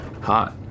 hot